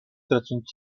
tracąc